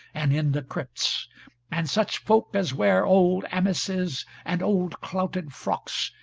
and in the crypts and such folk as wear old amices and old clouted frocks,